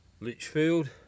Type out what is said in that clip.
Lichfield